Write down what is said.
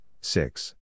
six